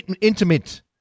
intimate